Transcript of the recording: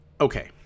okay